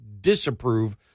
disapprove